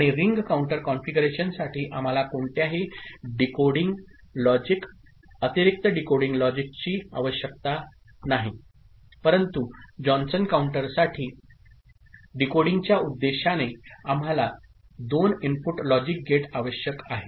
आणि ring counter कॉन्फिगरेशनसाठी आम्हाला कोणत्याही डिकोडिंग लॉजिक अतिरिक्त डिकोडिंग लॉजिकची आवश्यकता नाही परंतु जॉन्सन काउंटरसाठी डीकोडिंगच्या उद्देशाने आम्हाला 2 इनपुट लॉजिक गेट आवश्यक आहे